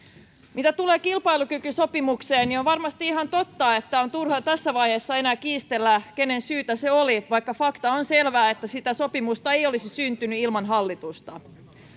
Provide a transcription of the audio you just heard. mitä tulee kilpailukykysopimukseen niin on varmasti ihan totta että on turha tässä vaiheessa enää kiistellä kenen syytä se oli vaikka fakta on selvä että sitä sopimusta ei olisi syntynyt ilman hallitusta